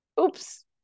Oops